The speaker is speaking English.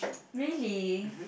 really